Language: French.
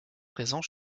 présent